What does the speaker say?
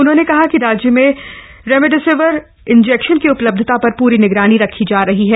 उन्होंने कहा कि राज्य में रेमडेसिविर इंजेक्शन की उपलब्धता पर पूरी निगरानी रखी जा रही है